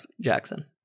Jackson